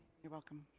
you're welcome.